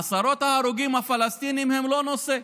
עשרות ההרוגים הפלסטינים הם לא נושא,